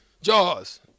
Jaws